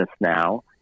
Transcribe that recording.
now